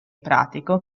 pratico